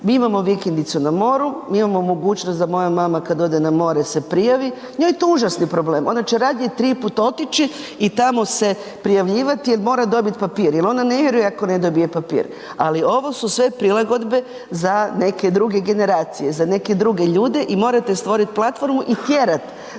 mi imamo vikendicu na moru, mi imamo mogućnost da moja mama kada ode na more se prijavi, njoj je to užasni problem, ona će radije tri puta otići i tamo se prijavljivati jer mora dobiti papir, jer ona ne vjeruje ako ne dobije papir, ali ovo su sve prilagodbe za neke druge generacije, za neke druge ljude i morate stvoriti platformu i tjerat